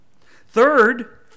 Third